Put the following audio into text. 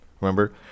remember